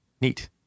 Neat